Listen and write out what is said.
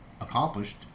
accomplished